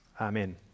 Amen